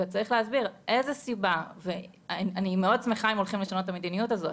אני מאוד שמחה אם הולכים לשנות את המדיניות הזאת,